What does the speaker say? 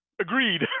Agreed